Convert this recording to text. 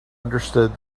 understood